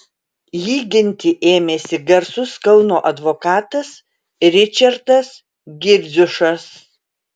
jį ginti ėmėsi garsus kauno advokatas ričardas girdziušas